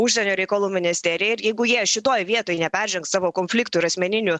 užsienio reikalų ministerija ir jeigu jie šitoj vietoj neperžengs savo konfliktų ir asmeninių